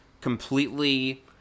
completely